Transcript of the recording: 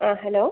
ആ ഹലോ